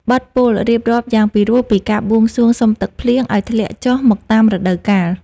បទពោលរៀបរាប់យ៉ាងពិរោះពីការបួងសួងសុំទឹកភ្លៀងឱ្យធ្លាក់ចុះមកតាមរដូវកាល។